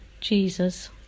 Jesus